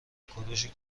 کوروش